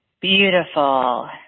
Beautiful